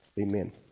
amen